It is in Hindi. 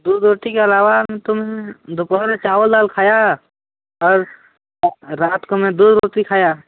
दूध रोटी के अलावा तो दोपहर में चावल दाल खाया और रात को में दूध रोटी खाया